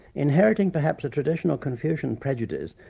inheriting, perhaps, a traditional confucian prejudice,